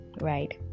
right